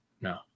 no